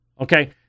Okay